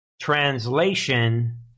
Translation